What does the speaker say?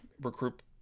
recruit